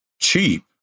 cheap